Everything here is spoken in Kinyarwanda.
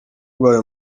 ndwaye